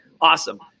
awesome